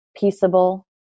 peaceable